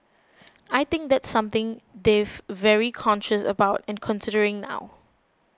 I think that's something they've very conscious about and considering now